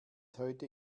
heute